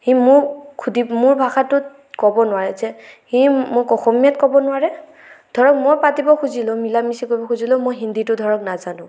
সি মোক মোৰ ভাষাটোত ক'ব নোৱাৰে যে সি মোক অসমীয়াত ক'ব নোৱাৰে ধৰক মই পাতিব খুজিলেও মিলা মিছা কৰিব খুজিলেও মই হিন্দীটো ধৰক নাজানো